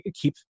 keep